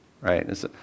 right